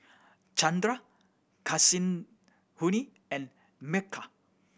Chandra Kasinadhuni and Milkha